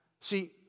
See